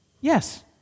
Yes